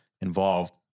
involved